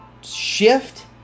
shift